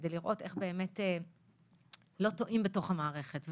על מנת לראות איך באמת לא טועים בתוך המערכת,